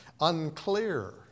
unclear